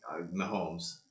Mahomes